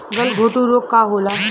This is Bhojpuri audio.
गलघोंटु रोग का होला?